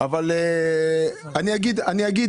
כיום